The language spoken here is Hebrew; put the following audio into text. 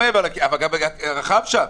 רחב שם.